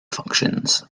functions